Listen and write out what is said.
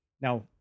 Now